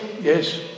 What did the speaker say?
yes